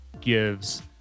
gives